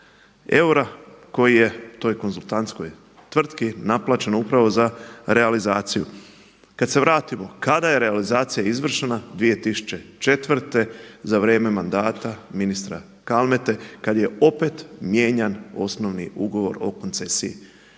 eura koji je toj konzultantskoj tvrtki naplaćeno upravo za realizaciju. Kad se vratimo, kada je realizacija izvršena 2004. za vrijeme mandata ministra Kalmete, kad je opet mijenjan osnovni ugovor o koncesiji.